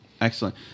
Excellent